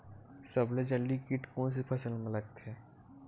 सबले जल्दी कीट कोन से फसल मा लगथे?